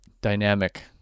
dynamic